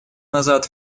назад